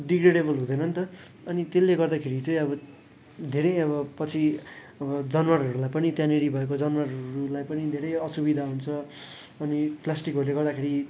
degradable हुँदैन नि त अनि त्यसले गर्दाखेरि चाहिँ अब धेरै अब पछि अब जनावरहरूलाई पनि त्यहाँनिर भएको जनावरहरूलाई पनि धेरै असुविधा हुन्छ अनि प्लास्टिकहरूले गर्दाखेरि